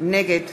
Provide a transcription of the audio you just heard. נגד